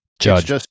Judge